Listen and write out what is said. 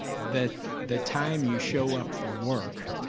the the time you show up for work